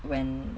when